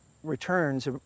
returns